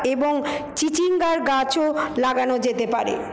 এবং চিচিংগার গাছও লাগানো যেতে পারে